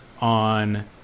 on